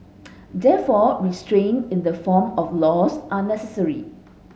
therefore restraint in the form of laws are necessary